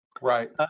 right